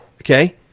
Okay